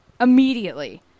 Immediately